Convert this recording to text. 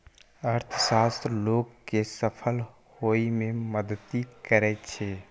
अर्थशास्त्र लोग कें सफल होइ मे मदति करै छै